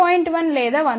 1 లేదా 1